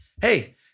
hey